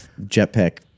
jetpack